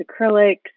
acrylics